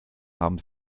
haben